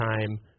time